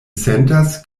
sentas